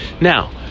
Now